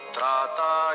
Trata